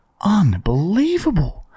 Unbelievable